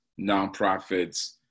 nonprofits